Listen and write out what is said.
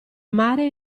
mare